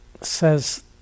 says